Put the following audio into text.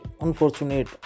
unfortunate